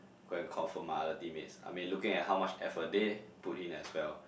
go and comfort my other team mates I mean looking at how much effort they put in as well